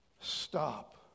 stop